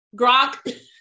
Grok